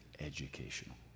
educational